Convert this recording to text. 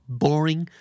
boring